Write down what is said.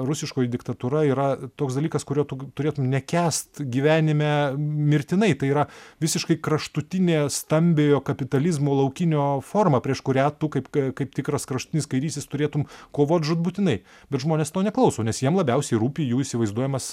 rusiškoji diktatūra yra toks dalykas kurio tu turėtum nekęst gyvenime mirtinai tai yra visiškai kraštutinė stambiojo kapitalizmo laukinio forma prieš kurią tu kaip kaip tikras kraštutinis kairysis turėtum kovot žūtbūtinai bet žmonės to neklauso nes jiem labiausiai rūpi jų įsivaizduojamas